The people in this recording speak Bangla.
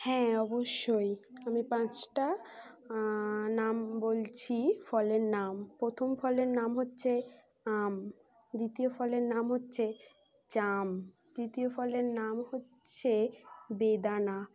হ্যাঁ অবশ্যই আমি পাঁচটা নাম বলছি ফলের নাম প্রথম ফলের নাম হচ্ছে আম দ্বিতীয় ফলের নাম হচ্ছে জাম তৃতীয় ফলের নাম হচ্ছে বেদানা